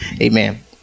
Amen